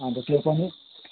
अन्त त्यो पनि